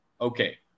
Okay